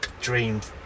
dreamed